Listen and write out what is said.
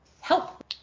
help